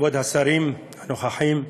כבוד השרים הנוכחים,